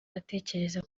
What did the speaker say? atekereza